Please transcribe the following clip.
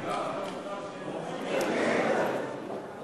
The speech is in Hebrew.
זה כולל גם את המוכר שאינו רשמי או רק ממלכתי?